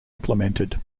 implemented